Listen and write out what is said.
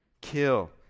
kill